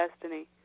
destiny